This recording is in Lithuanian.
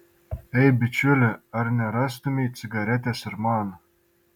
ei bičiuli ar nerastumei cigaretės ir man